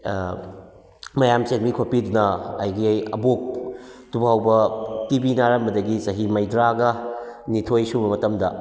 ꯃꯌꯥꯝ ꯆꯦꯟꯕꯤ ꯈꯣꯠꯄꯤꯗꯨꯅ ꯑꯩꯒꯤ ꯑꯕꯣꯛꯇꯨ ꯐꯥꯎꯕ ꯇꯤꯕꯤ ꯅꯥꯔꯝꯕꯗꯒꯤ ꯆꯍꯤ ꯃꯧꯗ꯭ꯔꯥꯒ ꯅꯤꯊꯣꯏ ꯁꯨꯕ ꯃꯇꯝꯗ